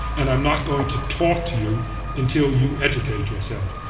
and i'm not going to talk to you until you educate yourself.